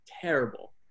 terrible